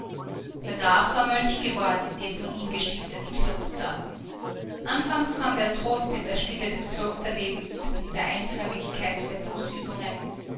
der graf war mönch geworden in dem von ihm gestifteten kloster anfangs fand er trost in der stille des klosterlebens in der einförmigkeit der